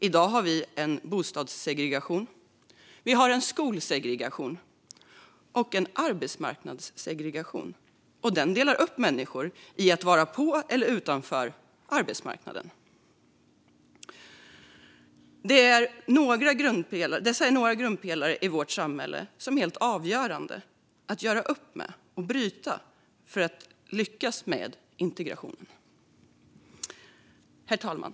I dag har vi har en bostadssegregation och en skolsegregation, och vi har en arbetsmarknadssegregation som delar upp människor i dem som är på respektive utanför arbetsmarknaden. Det här är något i vårt samhälle som det är helt avgörande att göra upp med och bryta för att vi ska lyckas med integrationen. Herr talman!